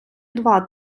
два